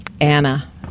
Anna